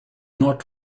not